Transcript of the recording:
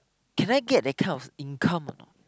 can I get that kind of income a not